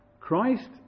Christ